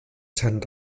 san